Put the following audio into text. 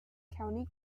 county